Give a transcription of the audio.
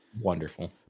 Wonderful